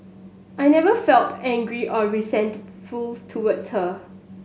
I never felt angry or resentful towards her